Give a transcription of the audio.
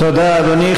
תודה, אדוני.